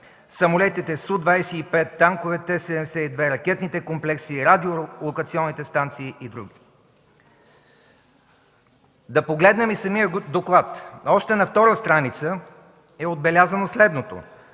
самолетите „Су-25”, танковете Т-72, ракетните комплекси, радиолокационните станции и други. Да погледнем и самия доклад. Още на втора страница е отбелязано следното: